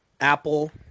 Apple